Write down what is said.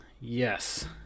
Yes